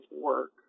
work